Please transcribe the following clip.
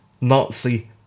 Nazi